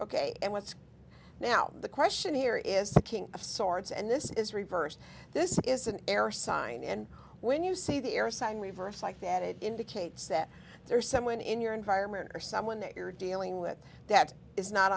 ok and what's now the question here is the king of swords and this is reversed this is an air sign and when you see the air sign reversed like that it indicates that there is someone in your environment or someone that you're dealing with that is not